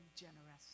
generous